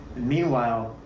meanwhile,